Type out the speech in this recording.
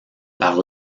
par